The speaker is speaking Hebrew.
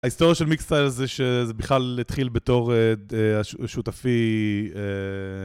שלום וברכה יעל, בהמשך לשיחתנו בקשר לתיק של מר סוכר צבי, אשמח אם ניתן לבדוק איתו האם הדירה שלהם בניסנבוים בחיפה אקטואלית למכירה (יש לי לקוחות שזה יכול לעניין אותם) תודה מראש, מקס קונר - פתרונות נדל"ן